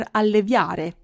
alleviare